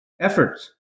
efforts